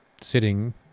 sitting